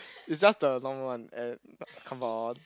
it's just the normal one and come on